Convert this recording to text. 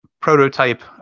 prototype